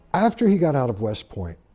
after he got out of west point,